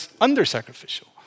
under-sacrificial